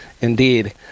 Indeed